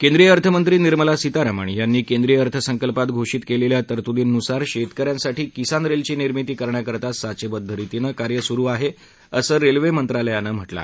केंद्रीय अर्थमंत्री निर्मला सीतारामण यांनी केंद्रीय अर्थसंकल्पात घोषित केलेल्या तरतुदीनुसार शेतकऱ्यांसाठी किसान रेल ची निर्मिती करण्याकरता साचेबद्ध रीतीनं कार्य सुरु आहे असं रेल्वे मंत्रालयानं म्हटलं आहे